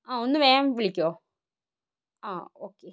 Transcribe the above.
ആ ഒന്ന് വേഗം വിളിക്കുമോ ആ ഒക്കെ